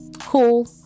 cool